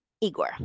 Igor